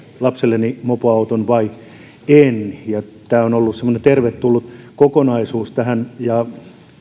lapselleni mopoauton vai en ja tämä on ollut semmoinen tervetullut kokonaisuus tähän ja